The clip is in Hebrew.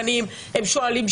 הם שמים מצלמות,